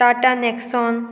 tat Nexon